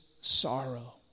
sorrow